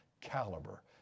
caliber